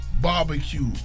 Barbecue